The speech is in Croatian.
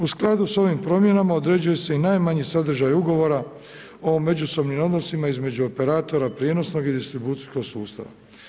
U skladu s ovim promjenama određuje se i najmanji sadržaj ugovora o međusobnim odnosima između operatora prijenosnog i distribucijskog sustava.